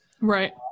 right